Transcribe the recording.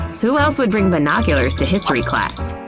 who else would bring binoculars to history class?